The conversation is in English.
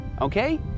okay